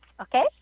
Okay